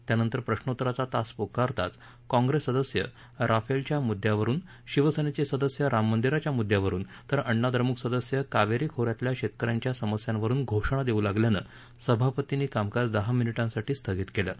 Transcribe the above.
त्यानंतर प्रश्रोत्तराचा तास पुकारताच काँग्रस्त सदस्य राफळिच्या मुद्यावरून शिवसक्की सिदस्य राम मंदिराच्या मुद्यावरून तर अण्णाद्रमुक सदस्य कावसीखोऱ्यातल्या शक्किऱ्यांच्या समस्यांवरून घोषणा दस्त्र लागल्यानं सभापतींनी कामकाज दहा मिनिटांसाठी स्थगित कल्लि